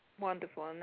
Wonderful